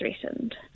threatened